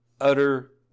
utter